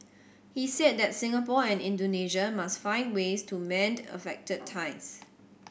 he said that Singapore and Indonesia must find ways to mend affected ties